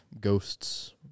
ghosts